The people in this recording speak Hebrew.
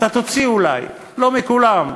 אתה תוציא אולי, לא מכולם,